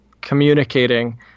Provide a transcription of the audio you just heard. communicating